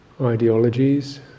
ideologies